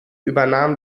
übernahm